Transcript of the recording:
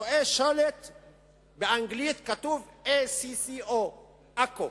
רואה שלט באנגלית, כתוב: ACCO. עכו.